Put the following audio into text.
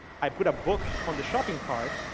i put a book on the shopping cart,